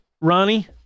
Ronnie